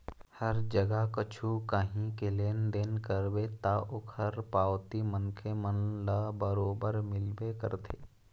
हर जगा कछु काही के लेन देन करबे ता ओखर पावती मनखे मन ल बरोबर मिलबे करथे